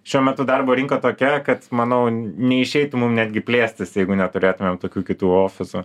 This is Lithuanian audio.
šiuo metu darbo rinka tokia kad manau neišeitų mum netgi plėstis jeigu neturėtumėm tokių kitų ofisų